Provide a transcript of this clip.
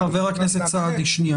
חבר הכנסת סעדי, שנייה.